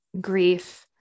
grief